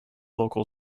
local